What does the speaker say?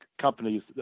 companies